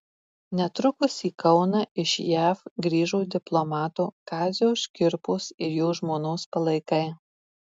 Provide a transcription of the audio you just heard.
netrukus į kauną iš jav grįžo diplomato kazio škirpos ir jo žmonos palaikai